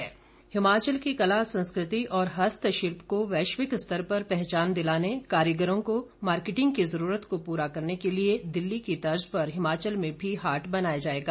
रामस्वरूप हिमाचल की कला संस्कृति और हस्तशिल्प को वैश्विक स्तर पर पहचान दिलाने कारीगरों की मार्किंटिंग की जरूरत को पूरा करने के लिए दिल्ली की तर्ज पर हिमाचल में भी हाट बनाया जाएगा